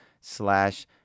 slash